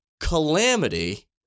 calamity